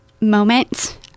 moment